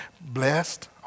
Blessed